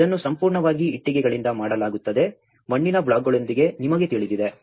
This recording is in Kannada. ಇದನ್ನು ಸಂಪೂರ್ಣವಾಗಿ ಇಟ್ಟಿಗೆಗಳಿಂದ ಮಾಡಲಾಗುತ್ತದೆ ಮಣ್ಣಿನ ಬ್ಲಾಕ್ಗಳೊಂದಿಗೆ ನಿಮಗೆ ತಿಳಿದಿದೆ